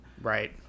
Right